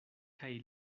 kaj